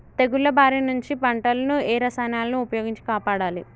తెగుళ్ల బారి నుంచి పంటలను ఏ రసాయనాలను ఉపయోగించి కాపాడాలి?